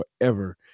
forever